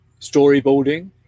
Storyboarding